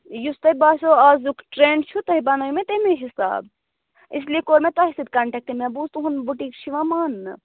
یُس تۄہہِ باسیٚو آزُک ٹرٛٮ۪نٛڈ چھُ تۄہہِ بَنٲیِو مےٚ تَمے حِسابہٕ اس لیے کوٚر مےٚ تۄہہِ سۭتۍ کَنٹیکٹ مےٚ بوٗز تُہُنٛد بُٹیٖک چھُ یِوان ماننہٕ